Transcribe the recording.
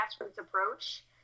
approach